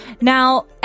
Now